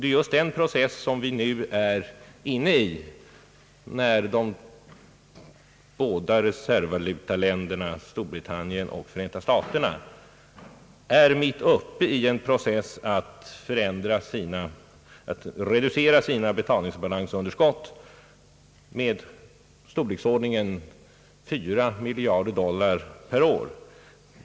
Det är just en sådan process som vi nu är inne i. De båda reservvalutaländerna Storbritannien och Förenta staterna är mitt uppe i processen att reducera sina betalningsbalansunderskott med storleksordningen 4 miljarder dollar per år.